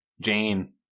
Jane